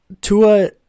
Tua